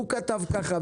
הוא כתב ככה,